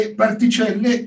particelle